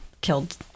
killed